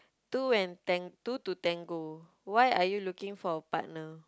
two and tan~ two to tango why are you looking for a partner